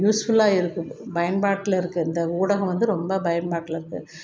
யூஸ்ஃபுல்லாக இருக்குது பயன்பாட்டில் இருக்கற இந்த ஊடகம் வந்து ரொம்ப பயன்பாட்டில் இருக்குது